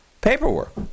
paperwork